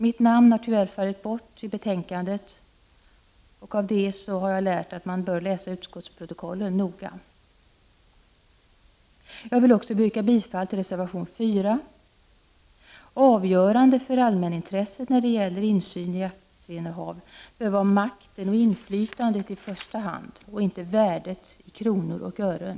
Mitt namn har tyvärr fallit bort i betänkandet — av det har jag lärt att man bör läsa utskottsprotokollen noga. Jag vill också yrka bifall till reservation 4. Avgörande för allmänintresset när det gäller insyn i aktieinnehav bör vara makten och inflytandet i första hand, inte värdet i kronor och ören.